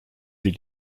sie